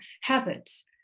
habits